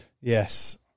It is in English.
Yes